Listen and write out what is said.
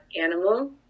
animal